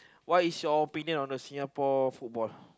what is your opinion on the Singapore sport